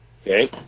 Okay